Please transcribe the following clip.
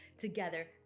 together